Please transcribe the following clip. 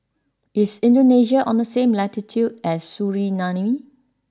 is Indonesia on the same latitude as Suriname